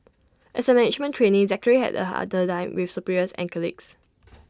as A management trainee Zachary had A harder time with superiors and colleagues